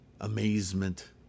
amazement